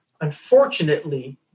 unfortunately